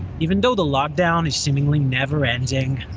even though the lockdown is seemingly never-ending,